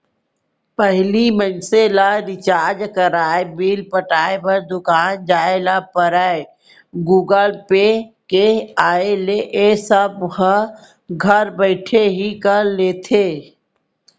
पहिली मनसे ल रिचार्ज कराय, बिल पटाय बर दुकान जाय ल परयए गुगल पे के आय ले ए सब ह घर बइठे ही कर लेथे